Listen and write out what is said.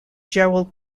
gerald